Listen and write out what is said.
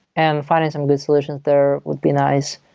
and finding some good solutions there would be nice.